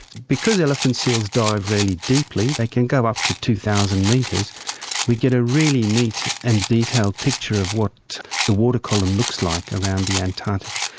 because elephant seals dive really deeply they can go up to two thousand metres we get a really neat and detailed picture of what the water column looks like around the antarctic.